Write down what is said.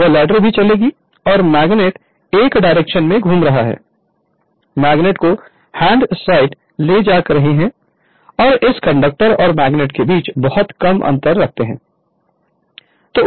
वह लैडर भी चलेगी और मैग्नेट एक डायरेक्शन में घूम रहा है मैग्नेट को हैंड साइड ले जा रहे हैं और इस कंडक्टर और मैग्नेट के बीच बहुत कम अंतर रखते हैं